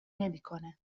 نمیکنه